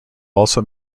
also